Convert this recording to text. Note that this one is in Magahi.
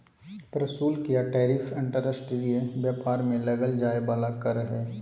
प्रशुल्क या टैरिफ अंतर्राष्ट्रीय व्यापार में लगल जाय वला कर हइ